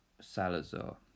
Salazar